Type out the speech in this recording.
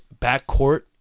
backcourt